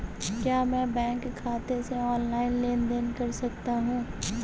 क्या मैं बैंक खाते से ऑनलाइन लेनदेन कर सकता हूं?